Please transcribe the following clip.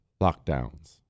lockdowns